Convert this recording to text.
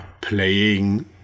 playing